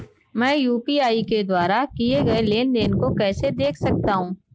मैं यू.पी.आई के द्वारा किए गए लेनदेन को कैसे देख सकता हूं?